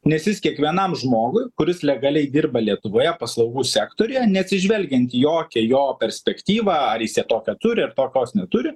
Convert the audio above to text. nes jis kiekvienam žmogui kuris legaliai dirba lietuvoje paslaugų sektoriuje neatsižvelgiant į jokią jo perspektyvą ar jis ją tokią turi ar tokios neturi